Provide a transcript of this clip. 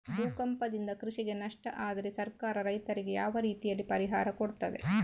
ಭೂಕಂಪದಿಂದ ಕೃಷಿಗೆ ನಷ್ಟ ಆದ್ರೆ ಸರ್ಕಾರ ರೈತರಿಗೆ ಯಾವ ರೀತಿಯಲ್ಲಿ ಪರಿಹಾರ ಕೊಡ್ತದೆ?